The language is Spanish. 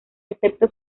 excepto